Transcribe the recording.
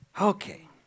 Okay